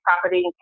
property